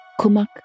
Kumak